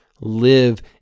live